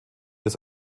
des